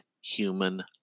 human